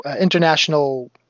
international